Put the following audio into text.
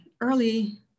early